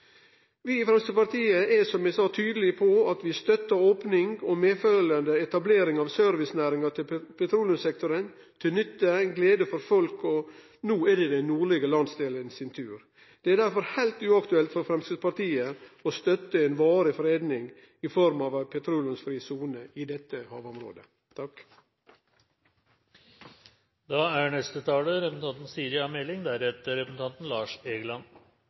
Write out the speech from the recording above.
Vi i Framstegspartiet er, som eg sa, tydelege på at vi støttar opning og medfølgjande etablering av servicenæringar til petroleumssektoren til nytte og glede for folk. No er det den nordlige landsdelen sin tur. Det er derfor heilt uaktuelt for Framstegspartiet å støtte ei varig freding i form av ei petroleumsfri sone i dette havområdet. Petroleumsnæringen er